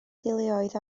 deuluoedd